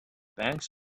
banks